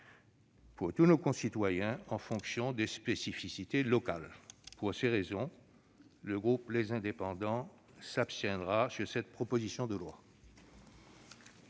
pour tous nos concitoyens, en fonction des spécificités locales. Pour ces raisons, le groupe Les Indépendants s'abstiendra sur cette proposition de loi.